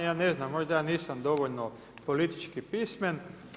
Ja ne znam možda ja nisam dovoljno politički pismen.